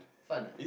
fun